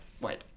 wait